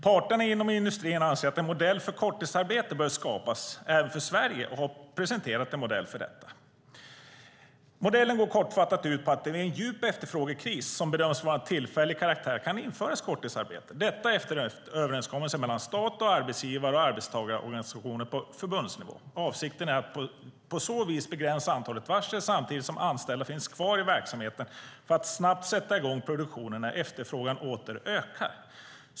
Parterna inom industrin anser att en modell för korttidsarbete bör skapas även för Sverige och har presenterat en modell för detta. Modellen går kortfattat ut på att det vid en djup efterfrågekris som bedöms vara av tillfällig karaktär kan införas korttidsarbeten - detta efter en överenskommelse mellan stat, arbetsgivare och arbetstagarorganisationer på förbundsnivå. Avsikten är att på så vis begränsa antalet varsel samtidigt som anställda finns kvar i verksamheten för att snabbt sätta i gång produktionen när efterfrågan åter ökar.